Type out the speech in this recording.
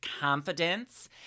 confidence